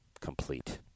complete